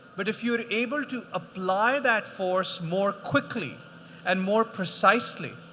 but if you're able to apply that force more quickly and more precisely,